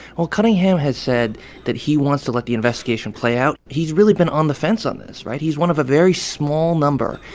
well, cunningham has said that he wants to let the investigation play out. he's really been on the fence on this, right? he's one of a very small number,